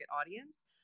audience